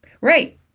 Right